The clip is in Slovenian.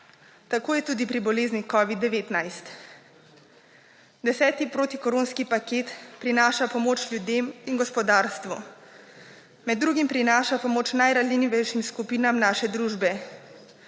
Tako je tudi pri bolezni covida-19. 10. protikoronski paket prinaša pomoč ljudem in gospodarstvu. Med drugim prinaša pomoč najranljivejšim skupinam naše družbe.